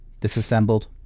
disassembled